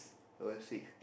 how was it